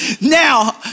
Now